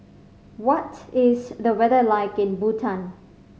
what is the weather like in Bhutan